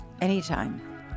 Anytime